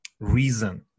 reason